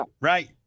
Right